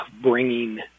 bringing